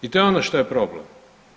I to je ono što je problem.